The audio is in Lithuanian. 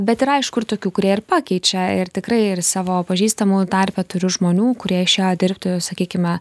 bet yra aišku ir tokių kurie ir pakeičia ir tikrai ir savo pažįstamų tarpe turiu žmonių kurie išėjo dirbti sakykime